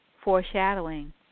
foreshadowing